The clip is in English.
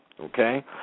Okay